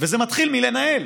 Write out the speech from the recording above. וזה מתחיל מלנהל.